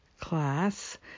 class